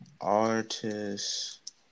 artist